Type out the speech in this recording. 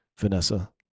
Vanessa